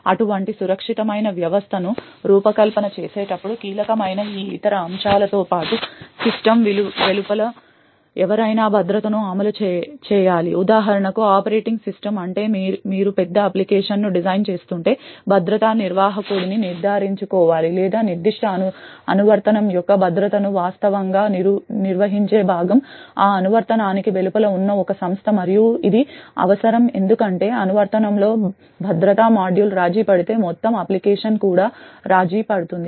అటువంటి సురక్షితమైన వ్యవస్థను రూపకల్పన చేసేటప్పుడు కీలకమైన ఈ ఇతర అంశాలతో పాటు సిస్టమ్ వెలుపల ఎవరైనా భద్రతను అమలు చేయాలి ఉదాహరణకు ఆపరేటింగ్ సిస్టమ్ అంటే మీరు పెద్ద అప్లికేషన్ను డిజైన్ చేస్తుంటే భద్రతా నిర్వాహకుడిని నిర్ధారించుకోవాలి లేదా నిర్దిష్ట అనువర్తనం యొక్క భద్రతను వాస్తవంగా నిర్వహించే భాగం ఆ అనువర్తనానికి వెలుపల ఉన్న ఒక సంస్థ మరియు ఇది అవసరం ఎందుకంటే అనువర్తనంలోని భద్రతా మాడ్యూల్ రాజీపడితే మొత్తం అప్లికేషన్ కూడా రాజీపడుతుంది